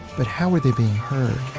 but how were they being heard?